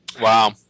Wow